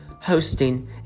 hosting